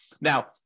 Now